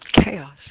chaos